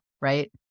right